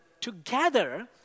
together